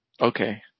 Okay